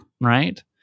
Right